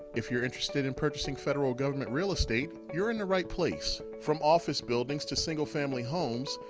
if you're interested in purchasing federal government real estate, you're in the right place. from office buildings to single-family homes,